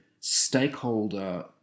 stakeholder